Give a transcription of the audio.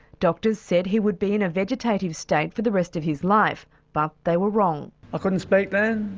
doctors said he would be in a vegetative state for the rest of his life, but they were wrong. i couldn't speak then.